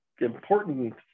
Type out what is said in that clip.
important